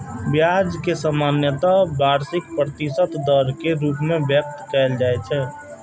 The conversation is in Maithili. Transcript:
ब्याज कें सामान्यतः वार्षिक प्रतिशत दर के रूप मे व्यक्त कैल जाइ छै